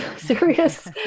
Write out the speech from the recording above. serious